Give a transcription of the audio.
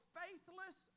faithless